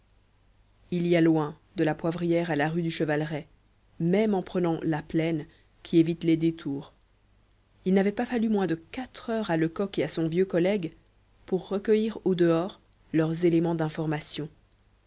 il y a loin de la poivrière à la rue du chevaleret même en prenant par la plaine qui évite les détours il n'avait pas fallu moins de quatre heures à lecoq et à son vieux collègue pour recueillir au dehors leurs éléments d'information